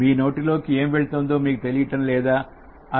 మీ నోటిలోకి ఏం వెళ్తుందో మీకు తెలియటం లేదా